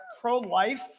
pro-life